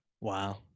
Wow